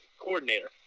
coordinator